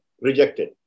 rejected